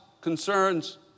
concerns